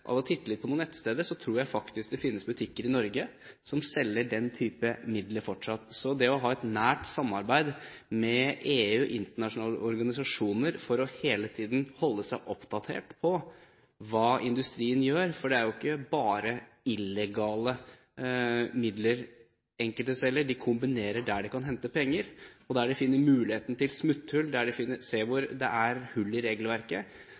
å ha tittet litt på noen nettsteder tror jeg faktisk det finnes butikker i Norge som fortsatt selger den typen midler. Så det er viktig å ha et nært samarbeid med EU og internasjonale organisasjoner for hele tiden å holde seg oppdatert om hva industrien gjør. For enkelte selger jo ikke bare illegale midler; de kombinerer der de kan hente penger, og der de finner hull i regelverket,